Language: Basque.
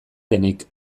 denik